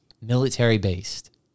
military-based